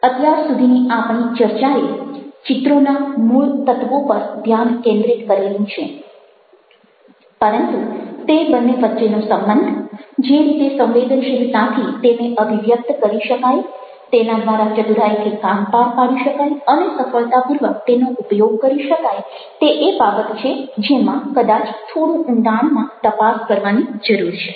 અત્યાર સુધીની આપણી ચર્ચાએ ચિત્રોના મૂળ તત્વો પર ધ્યાન કેન્દ્રિત કરેલું છે પરંતુ તે બંને વચ્ચેનો સંબંધ જે રીતે સંવેદનશીલતાથી તેને અભિવ્યક્ત કરી શકાય તેના દ્વારા ચતુરાઈથી કામ પાર પાડી શકાય અને સફળતાપૂર્વક તેનો ઉપયોગ કરી શકાય તે એ બાબત છે જેમાં કદાચ થોડું ઊંડાણમાં તપાસ કરવાની જરૂર છે